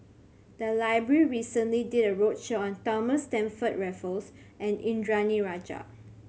the library recently did a roadshow on Thomas Stamford Raffles and Indranee Rajah